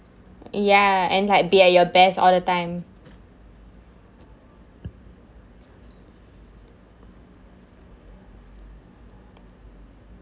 ya and like be at your best all the time